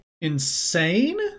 insane